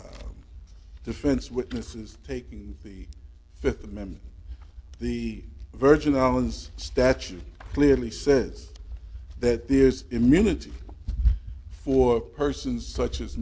defense witnesses taking the fifth amendment the virgin islands statute clearly says that there is immunity for a person such as